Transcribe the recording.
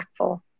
impactful